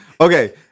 okay